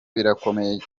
birakomeye